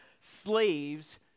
slaves